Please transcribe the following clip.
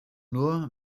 nur